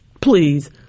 please